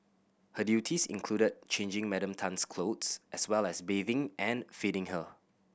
her duties included changing Madam Tan's clothes as well as bathing and feeding her